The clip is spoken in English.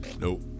Nope